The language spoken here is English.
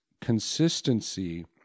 consistency